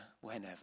whenever